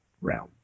realm